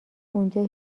اونجا